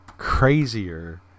crazier